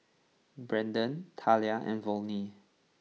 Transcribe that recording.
Brandon Thalia and Volney